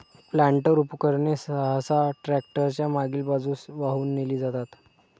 planter उपकरणे सहसा tractor च्या मागील बाजूस वाहून नेली जातात